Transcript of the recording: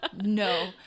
No